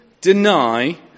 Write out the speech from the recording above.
deny